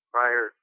Prior